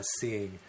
seeing